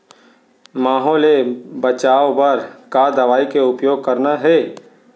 माहो ले बचाओ बर का दवई के उपयोग करना हे?